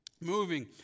moving